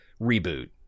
reboot